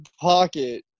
pocket